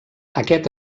aquest